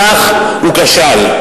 בכך הוא כשל.